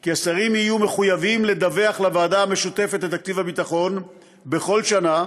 כי השרים יהיו מחויבים לדווח לוועדה המשותפת לתקציב הביטחון בכל שנה